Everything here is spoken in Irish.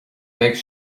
bheidh